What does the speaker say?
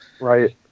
right